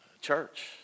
church